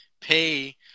pay